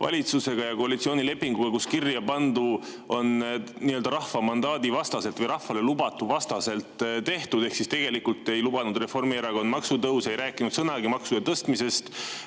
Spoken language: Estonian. valitsusega ja koalitsioonilepinguga, kus kirjapandu on tehtud rahva mandaadi vastaselt, rahvale lubatu vastaselt. Ehk siis tegelikult ei lubanud Reformierakond maksutõuse, ei rääkinud sõnagi maksude tõstmisest